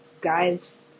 guys